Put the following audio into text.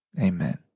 Amen